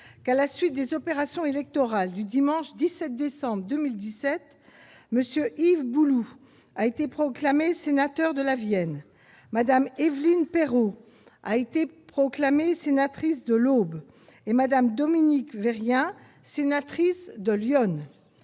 que, à la suite des opérations électorales du dimanche 17 décembre 2017, M. Yves Bouloux a été proclamé sénateur de la Vienne, Mme Évelyne Perrot a été proclamée sénatrice de l'Aube et Mme Dominique Verien, sénatrice de l'Yonne.